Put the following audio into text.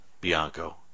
bianco